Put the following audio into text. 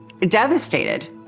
devastated